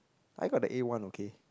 I got the A one okay